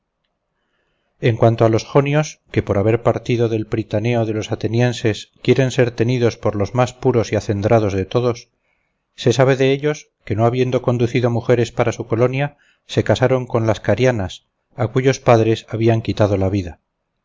en cuanto a los jonios que por haber partido del pritaneo de los atenienses quieren ser tenidos por los más puros y acendrados de todos se sabe de ellos que no habiendo conducido mujeres para su colonia se casaron con las carianas a cuyos padres habían quitado la vida